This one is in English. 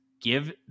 Give